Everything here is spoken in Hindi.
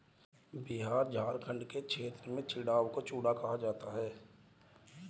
बिहार झारखंड के क्षेत्र में चिड़वा को चूड़ा कहा जाता है